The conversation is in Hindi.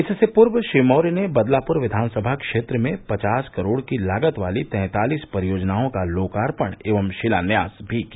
इससे पूर्व श्री मौर्य ने बदलापुर विधानसभा क्षेत्र में पचास करोड़ की लागत वाली तैंतालीस परियोजनाओं का लोकार्पण एवं शिलान्यास भी किया